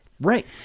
Right